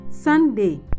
Sunday